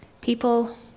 people